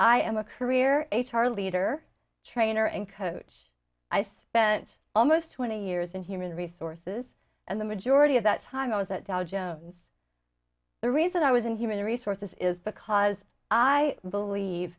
i am a career h r leader trainer and coach i spent almost twenty years in human resources and the majority of that time i was at dow jones the reason i was in human resources is because i believe